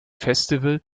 festival